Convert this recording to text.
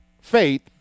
faith